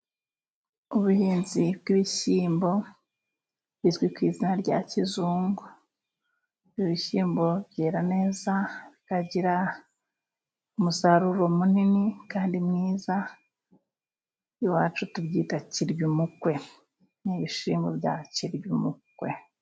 Ubuhinzi bw'ibishyimbo bizwi ku izina rya kizungu, ibishyimbo byera neza bikagira umusaruro munini kandi mwiza iwacu tubyita kiryumukwe. Ni ibishyimbo bya kiryumukwe.